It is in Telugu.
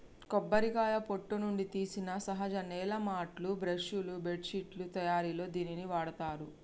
కొబ్బరికాయ పొట్టు నుండి తీసిన సహజ నేల మాట్లు, బ్రష్ లు, బెడ్శిట్లు తయారిలో దీనిని వాడతారు